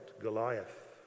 Goliath